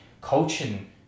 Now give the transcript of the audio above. coaching